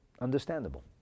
understandable